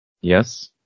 Yes